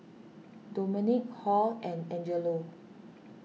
Domonique Hall and Angelo